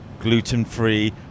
gluten-free